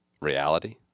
reality